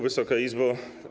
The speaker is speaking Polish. Wysoka Izbo!